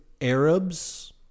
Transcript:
Arabs